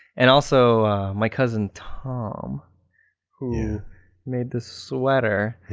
and also my cousin tom who made this sweater.